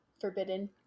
forbidden